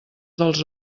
dels